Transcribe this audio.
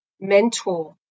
mentor